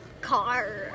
Car